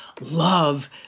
love